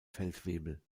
feldwebel